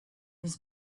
his